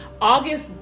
August